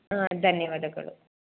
ಹಾಂ ಧನ್ಯವಾದಗಳು